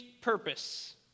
purpose